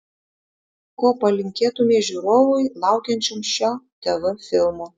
ko palinkėtumei žiūrovui laukiančiam šio tv filmo